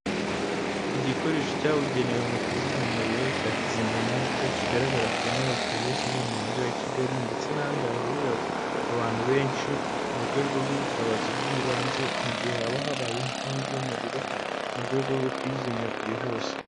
Igikoresho cyabugenewe mu kuzimya umuriro cya kizimyamwoto kigaragara ku nyubako zose zo mu mujyi wa Kigali ndetse n'ahandi hahurira abantu benshi, mu rwego rw'ubutabazi bw'ibanze mu gihe haba habaye inkongi y'umuriro mu rwego rwo kuyizimya byihuse.